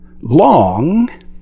Long